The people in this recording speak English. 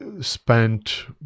spent